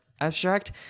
abstract